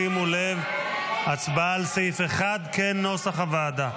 שימו לב, הצבעה על סעיף 1 כנוסח הוועדה.